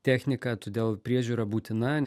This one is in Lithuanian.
techniką todėl priežiūra būtina